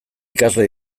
ikasle